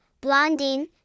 Blondine